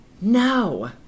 No